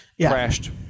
crashed